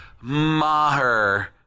Maher